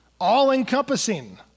all-encompassing